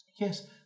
Yes